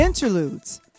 interludes